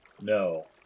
No